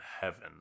heaven